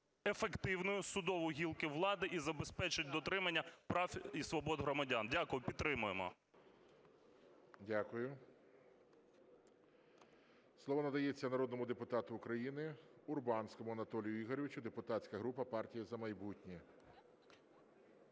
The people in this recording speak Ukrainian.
ефективною судову гілку влади і забезпечать дотримання прав і свобод громадян. Дякую. Підтримуємо. ГОЛОВУЮЧИЙ. Дякую. Слово надається народному депутату України Урбанському Анатолію Ігоровичу, депутатська група "Партія "За майбутнє".